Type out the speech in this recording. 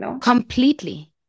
Completely